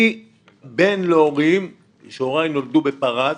אני בן להורים, הוריי נולדו בפרס,